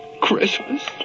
Christmas